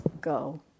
go